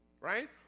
right